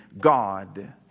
God